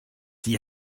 die